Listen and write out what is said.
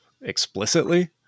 explicitly